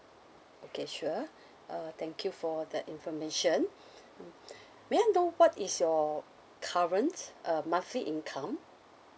okay sure uh thank you for that information may I know what is your current uh monthly income